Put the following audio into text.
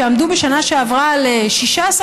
שעמדו בשנה שעברה על 16%,